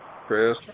Chris